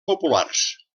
populars